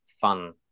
fun